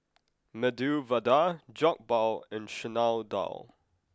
Medu Vada Jokbal and Chana Dal